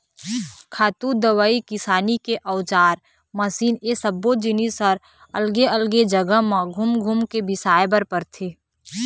खातू, दवई, किसानी के अउजार, मसीन ए सब्बो जिनिस ह अलगे अलगे जघा म घूम घूम के बिसाए बर परथे